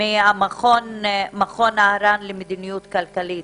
ממכון אהרן למדיניות כלכלית.